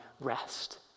rest